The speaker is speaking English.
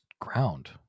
ground